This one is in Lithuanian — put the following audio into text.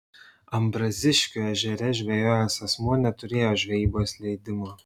ambraziškių ežere žvejojęs asmuo neturėjo žvejybos leidimo